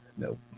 Nope